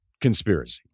conspiracy